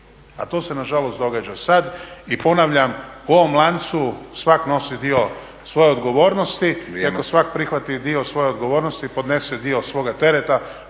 a to se nažalost događa sada. I ponavljam, u ovom lancu svak nosi dio svoje odgovornosti i ako svak prihvati dio svoje odgovornosti i podese dio svoga tereta